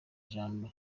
ijambo